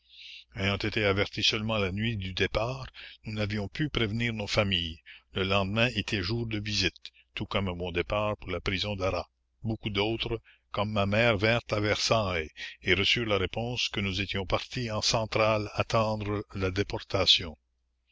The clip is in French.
ayant été averties seulement la nuit du départ nous n'avions pu prévenir nos familles le lendemain était jour de visites tout la commune comme à mon départ pour la prison d'arras beaucoup d'autres comme ma mère vinrent à versailles et reçurent la réponse que nous étions parties en centrale attendre la déportation